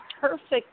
perfect